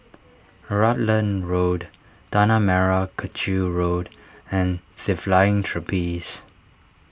Rutland Road Tanah Merah Kechil Road and the Flying Trapeze